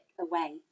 away